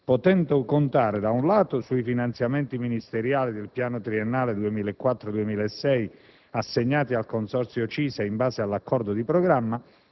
potendo contare, da un lato, sui finanziamenti ministeriali del piano triennale 2004-2006 assegnati al Consorzio CISA in base all'accordo di programma